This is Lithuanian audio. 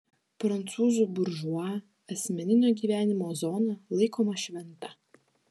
prancūzų buržua asmeninio gyvenimo zona laikoma šventa